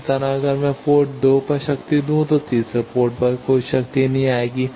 इसी तरह अगर मैं पोर्ट 2 पर शक्ति दूं तो तीसरे पोर्ट पर कोई शक्ति नहीं आएगी